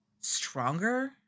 stronger